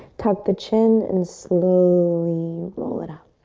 tuck the chin and slowly roll it up.